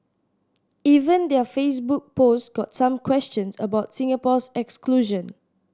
even their Facebook post got some questions about Singapore's exclusion